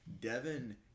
Devin